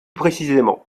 précisément